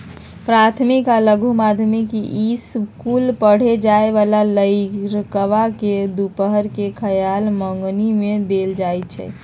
प्राथमिक आ लघु माध्यमिक ईसकुल पढ़े जाय बला लइरका के दूपहर के खयला मंग्नी में देल जाइ छै